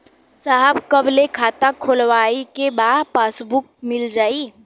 साहब कब ले खाता खोलवाइले के बाद पासबुक मिल जाई?